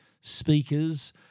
speakers